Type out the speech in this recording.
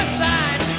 side